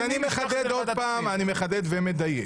אז עוד פעם אני מחדד ומדייק.